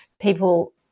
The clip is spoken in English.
people